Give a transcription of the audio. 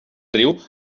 riu